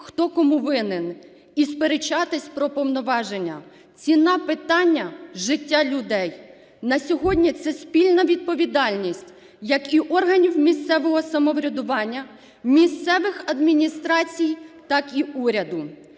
хто кому винен, і сперечатись про повноваження. Ціна питання – життя людей. На сьогодні це спільна відповідальність як і органів місцевого самоврядування, місцевих адміністрацій, так і уряду.